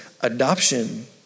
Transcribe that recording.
adoption